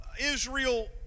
Israel